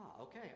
okay